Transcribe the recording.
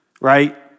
right